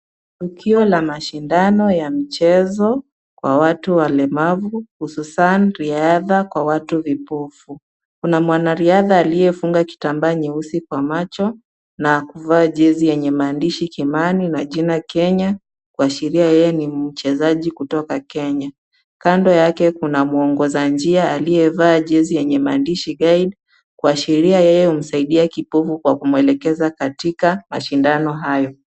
Tukio ya mashindano ya mchezo kwa watu walemavu hususan riadha kwa watu vipofu. Kuna mwanariadha aliyefunga kitambaa nyeusi kwa macho na kuvaa jezi yenye mahandishi Kimani na jina Kenya kuashiria yeye ni mchezaji kutoka Kenya. Kando yake kuna mwongoza njia aliyevaa jezi yenye mahandishi Aid kuashiria yeye humsaidia kipofu kumwelekeza katika mashindano hayo.